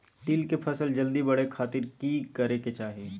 तिल के फसल जल्दी बड़े खातिर की करे के चाही?